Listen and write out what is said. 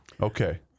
Okay